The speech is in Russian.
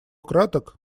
краток